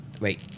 Wait